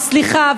ו"סליחה",